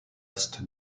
est